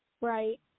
Right